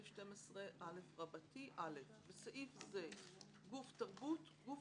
12א (א) בסעיף זה - "גוף תרבות" גוף